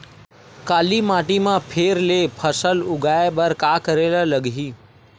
काली माटी म फेर ले फसल उगाए बर का करेला लगही?